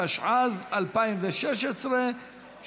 התשע"ז 2016,